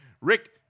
Rick